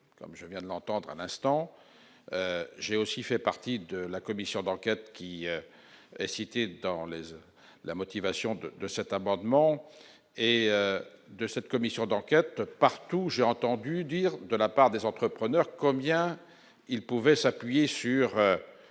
comme je viens de l'entendre à l'instant, j'ai aussi fait partie de la commission d'enquête qui est cité dans les oeufs, la motivation de de cet amendement et de cette commission d'enquête partout, j'ai entendu dire de la part des entrepreneurs combien il pouvait s'appuyer sur